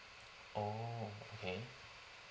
oh okay